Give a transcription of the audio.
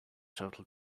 total